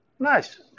Nice